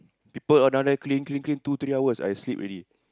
people all down there clean clean clean two three hours I sleep already